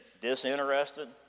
disinterested